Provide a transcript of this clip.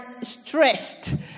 stressed